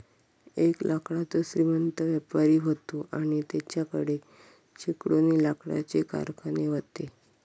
एक लाकडाचो श्रीमंत व्यापारी व्हतो आणि तेच्याकडे शेकडोनी लाकडाचे कारखाने व्हते